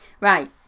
Right